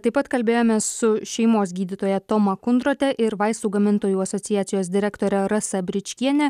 taip pat kalbėjomės su šeimos gydytoja toma kundrote ir vaistų gamintojų asociacijos direktore rasa bričkiene